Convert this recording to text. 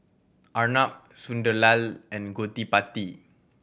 Arnab Sunderlal and Gottipati